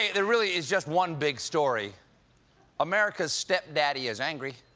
there really is just one big story america's step-daddy is angry.